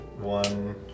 one